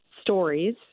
stories